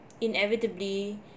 inevitably